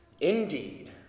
Indeed